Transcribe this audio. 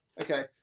okay